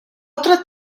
otra